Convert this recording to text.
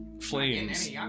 flames